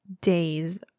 days